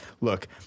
Look